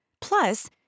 Plus